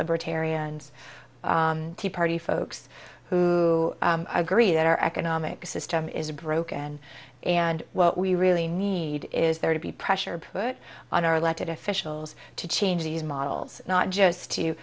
libertarians tea party folks who agree that our economic system is broken and what we really need is there to be pressure put on our elected officials to change these models not just to